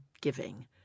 giving